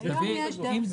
היום יש דרך לטפל.